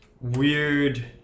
weird